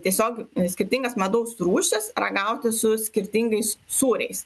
tiesiog skirtingas medaus rūšis ragauti su skirtingais sūriais